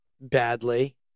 badly